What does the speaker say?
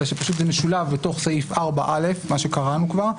אלא שפשוט זה משולב בתוך סעיף 4א רבה שקראנו כבר,